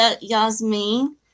Yasmin